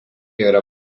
yra